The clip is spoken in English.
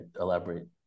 elaborate